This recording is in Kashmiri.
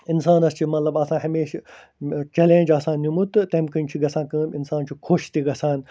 اِنسانَس چھِ مطلب آسان ہمیشہٕ چَلینٛج آسان نِمُت تہِ تَمہِ کِنۍ چھِ گژھان کٲم اِنسان چھُ خوش تہِ گژھان